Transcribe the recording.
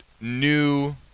new